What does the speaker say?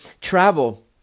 travel